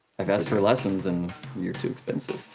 i've asked for lessons and you're too expensive.